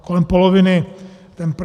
Kolem poloviny ten Preol.